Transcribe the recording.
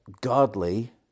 godly